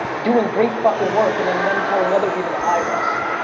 doing great fuckin' work and then them telling other people to hire us.